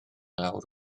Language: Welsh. lawr